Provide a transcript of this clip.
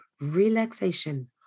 relaxation